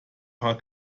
paar